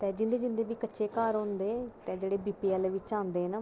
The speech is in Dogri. तां जिंदे जिंदे बी कच्चे घर होंदे तां जेह्ड़े बीपीएल बिच्चा औंदे न ऐ ना